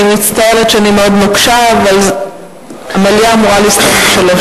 אני מצטערת שאני מאוד נוקשה אבל המליאה אמורה להסתיים ב-15:00.